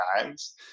times